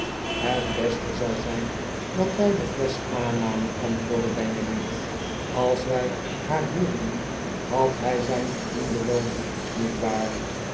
het beste zou zijn dat wij de flesch aannamen antwoordde benjamin als wij haar hielden had hij zijn verdiende loon niet waar